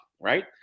right